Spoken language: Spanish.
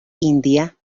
india